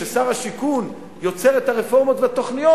כששר השיכון יוצר את הרפורמות והתוכניות